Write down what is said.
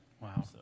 Wow